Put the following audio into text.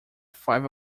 five